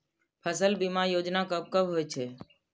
फसल बीमा योजना कब कब होय छै?